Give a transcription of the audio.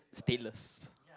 stateless